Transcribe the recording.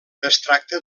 tracta